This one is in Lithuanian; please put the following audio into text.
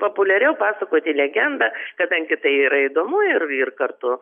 populiariau pasakoti legendą kadangi tai yra įdomu ir ir kartu